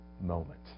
moment